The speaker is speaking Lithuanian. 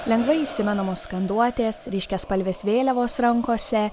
lengvai įsimenamos skanduotės ryškiaspalvės vėliavos rankose